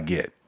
Get